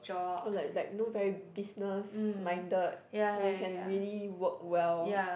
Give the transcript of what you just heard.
or like like you know very business minded then you can really work well